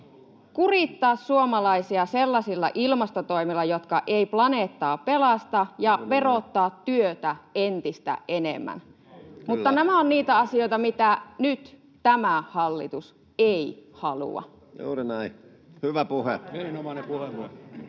kurittaa suomalaisia sellaisilla ilmastotoimilla, jotka eivät planeettaa pelasta, ja verottaa työtä entistä enemmän. [Vasemmalta: Eihän!] Mutta nämä ovat niitä asioita, mitä nyt tämä hallitus ei halua. Vielä edustaja